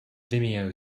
vimeo